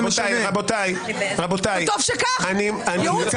באיזה תעוזה פונים בשאלה ליושב-ראש